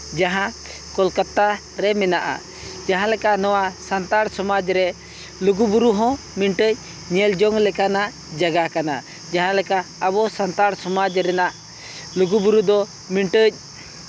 ᱡᱟᱦᱟᱸ ᱠᱳᱞᱠᱟᱛᱟ ᱨᱮ ᱢᱮᱱᱟᱜᱼᱟ ᱡᱟᱦᱟᱸ ᱞᱮᱠᱟ ᱱᱚᱣᱟ ᱥᱟᱱᱛᱟᱲ ᱥᱚᱢᱟᱡᱽ ᱨᱮ ᱞᱩᱜᱩᱼᱵᱩᱨᱩ ᱦᱚᱸ ᱢᱤᱫᱴᱮᱱ ᱧᱮᱞ ᱡᱚᱝ ᱞᱮᱠᱟᱱᱟᱜ ᱡᱟᱭᱜᱟ ᱠᱟᱱᱟ ᱡᱟᱦᱟᱸ ᱞᱮᱠᱟ ᱟᱵᱚ ᱥᱟᱱᱛᱟᱲ ᱥᱚᱢᱟᱡᱽ ᱨᱮᱱᱟᱜ ᱞᱩᱜᱩᱼᱵᱩᱨᱩ ᱫᱚ ᱢᱤᱫᱴᱟᱝ